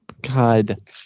God